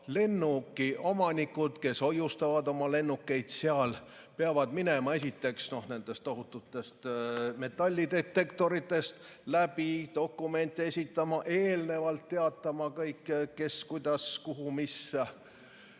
lennukiomanikud, kes hoiustavad seal oma lennukeid, peavad minema esiteks nendest tohututest metallidetektoritest läbi, dokumente esitama, eelnevalt teatama, kes, kuidas, kuhu, mis